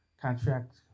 contract